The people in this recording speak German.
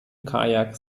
kajak